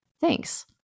Thanks